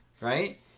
Right